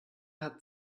hat